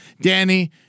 Danny